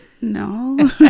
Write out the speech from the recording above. No